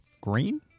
Green